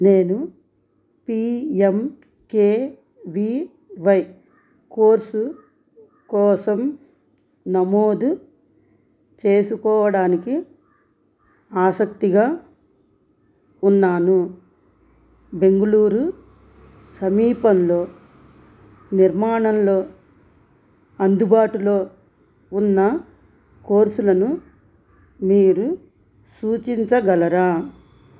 నేను P M K V Y course కోసం నమోదు చేసుకోవడానికి ఆసక్తిగా ఉన్నాను బెంగుళూరు సమీపంలో నిర్మాణంలో అందుబాటులో ఉన్న కోర్సులను మీరు సూచించగలరా